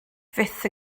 fyth